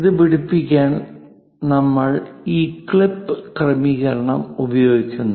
ഇത് പിടിപ്പിക്കാൻ നമ്മൾ ഈ ക്ലിപ്പ് ക്രമീകരണം ഉപയോഗിക്കുന്നു